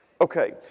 okay